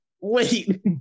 wait